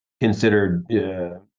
considered